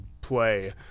play